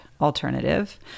alternative